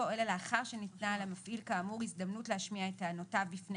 אלא לאחר שניתנה למפעיל כאמור הזדמנות להשמיע את טענותיו בפני